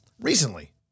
Recently